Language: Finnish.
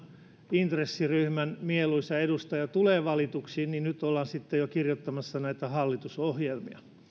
intressiryhmän mieluisa edustaja tulee valituksi vaan nyt ollaan sitten jo kirjoittamassa näitä hallitusohjelmia